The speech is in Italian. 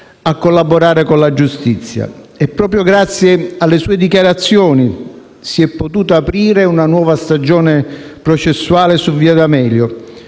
a collaborare con la giustizia e proprio grazie alle sue dichiarazioni si è potuta aprire una nuova stagione processuale su via D'Amelio,